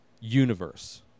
universe